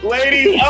Ladies